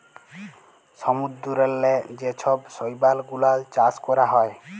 সমুদ্দূরেল্লে যে ছব শৈবাল গুলাল চাষ ক্যরা হ্যয়